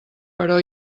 però